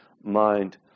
mind